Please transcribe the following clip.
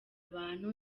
abantu